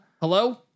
Hello